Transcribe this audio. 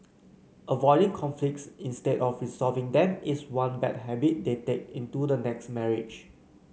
avoiding conflicts instead of resolving them is one bad habit they take into the next marriage